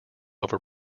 over